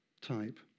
type